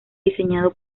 diseñado